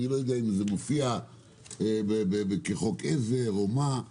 אני לא יודע אם זה מופיע כחוק עזר או משהו אחר.